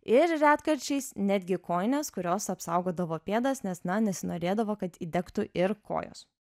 ir retkarčiais netgi kojinės kurios apsaugodavo pėdas nes na nesinorėdavo kad įdegtų ir kojos